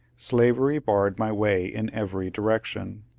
slavery barred my way in every direction.